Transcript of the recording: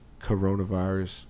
coronavirus